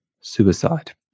suicide